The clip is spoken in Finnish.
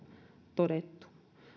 todettu